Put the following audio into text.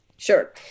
Sure